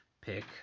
pick